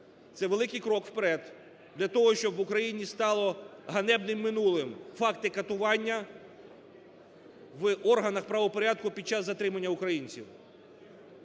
Це великий крок вперед для того, щоб в Україні стало ганебним минулим факти катування в органах правопорядку під час затримання українців.